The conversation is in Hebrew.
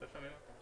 התקנות האלה,